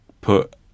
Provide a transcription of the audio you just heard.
put